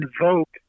invoke